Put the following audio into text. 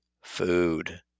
food